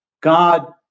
God